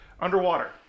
Underwater